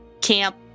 camp